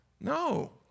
No